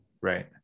Right